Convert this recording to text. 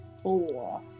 Four